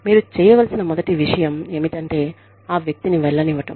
మీరు చేయవలసిన మొదటి విషయం ఏమిటంటే ఆ వ్యక్తిని వెళ్లనివ్వడం